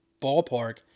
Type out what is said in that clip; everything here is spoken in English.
ballpark